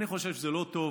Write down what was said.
אני חושב שזה לא טוב.